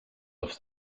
off